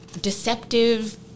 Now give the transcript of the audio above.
deceptive